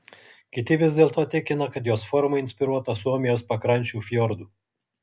kiti vis dėlto tikina kad jos forma inspiruota suomijos pakrančių fjordų